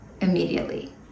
immediately